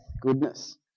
goodness